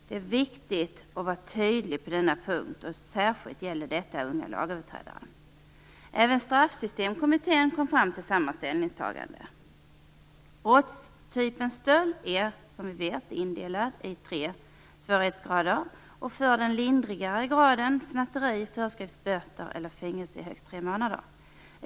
Det är viktigt att vara tydlig på denna punkt, och det gäller särskilt unga lagöverträdare. Även Straffsystemkommittén kom fram till samma ställningstagande. Brottstypen stöld är som vi vet indelad i tre svårighetsgrader. För den lindrigare graden snatteri föreskrivs böter eller fängelse i högst tre månader.